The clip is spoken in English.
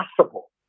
possible